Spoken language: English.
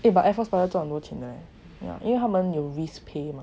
eh but air force pilot 赚很多钱的 yeah 因为他们有 risk pay